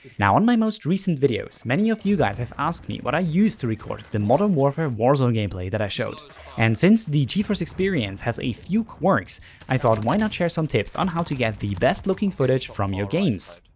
now on my most recent videos many of you guys have asked me what i use to record the modern warfare warzone gameplay that i showed and since the geforce experience has a few quirks i thought why not share some tips on how to get the best-looking footage from your games.